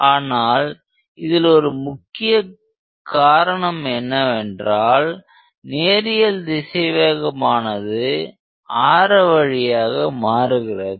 ஆனால் இதில் ஒரு முக்கிய காரணம் என்னவென்றால் நேரியல் திசைவேகம் ஆனது ஆரவழியாக மாறுகிறது